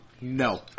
No